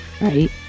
right